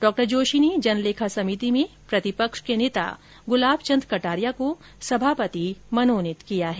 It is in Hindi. डॉ जोशी ने जन लेखा समिति में प्रतिपक्ष के नेता गुलाब चन्द कटारिया को सभापति मनोनीत किया है